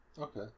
Okay